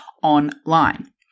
online